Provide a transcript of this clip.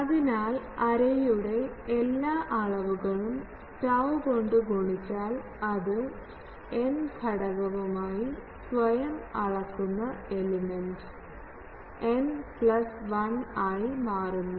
അതിനാൽ എറേയുടെ എല്ലാ അളവുകളും tau കൊണ്ട് ഗുണിച്ചാൽ അത് n ഘടകവുമായി സ്വയം അളക്കുന്നു എലമെൻറ് n പ്ലസ് 1 ആയി മാറുന്നു